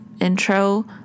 intro